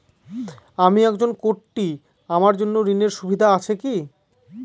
আমি একজন কট্টি আমার জন্য ঋণের সুবিধা আছে কি?